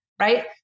right